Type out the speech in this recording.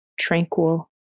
tranquil